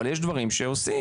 אבל יש דברים שעושים,